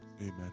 amen